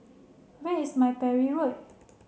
where is my Parry Road